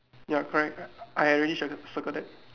ya correct I already circle~ circled that